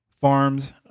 farms